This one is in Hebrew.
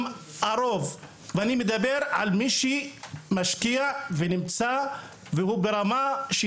אני מדבר על מי שמשקיע ונמצא שהוא ברמה כך